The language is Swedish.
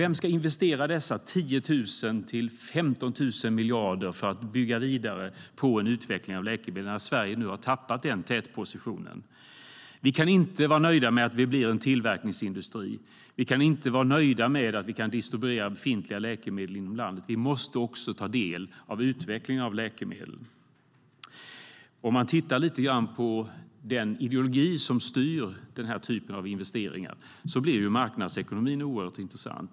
Vem ska investera dessa 10 000-15 000 miljarder för att bygga vidare på en utveckling av läkemedel när Sverige har tappat tätpositionen? Vi kan inte vara nöjda med att vi blir en tillverkningsindustri. Vi kan inte vara nöjda med att vi kan distribuera befintliga läkemedel inom landet. Vi måste också ta del av utvecklingen av läkemedel. Låt oss titta lite på den ideologi som styr denna typ av investeringar. Här är marknadsekonomin mycket intressant.